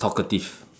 talkative